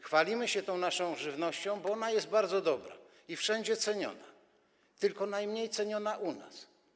Chwalimy się naszą żywnością, bo ona jest bardzo dobra i wszędzie ceniona, tylko najmniej ceniona jest u nas.